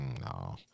No